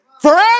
Forever